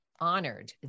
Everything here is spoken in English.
honored